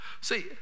See